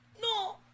No